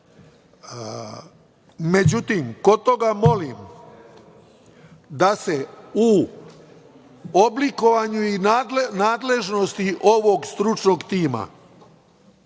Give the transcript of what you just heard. Međutim, kod toga molim da se u oblikovanju i nadležnosti ovog stručnog tima